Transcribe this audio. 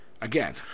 Again